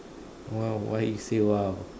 !wow! why you say !wow!